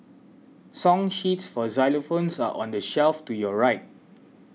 song sheets for xylophones are on the shelf to your right